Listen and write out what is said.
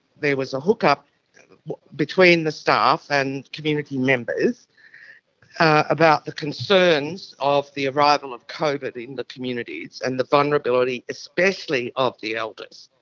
there was a hook-up between between the staff and community members about the concerns of the arrival of covid in the communities and the vulnerability, especially of the elders.